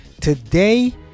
today